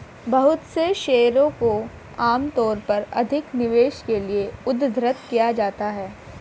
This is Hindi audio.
बहुत से शेयरों को आमतौर पर अधिक निवेश के लिये उद्धृत किया जाता है